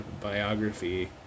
biography